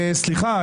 סליחה,